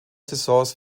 saisons